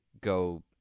go